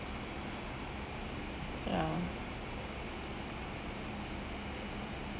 ya